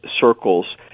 circles